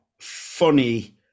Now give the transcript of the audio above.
funny